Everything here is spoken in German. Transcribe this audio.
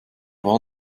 war